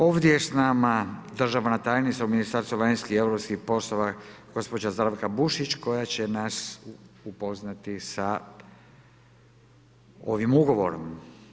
Ovdje je s nama državna tajnica u Ministarstvu vanjskih i europskih poslova gospođa Zdravka Bušić koja će nas upoznati s ovim ugovorom.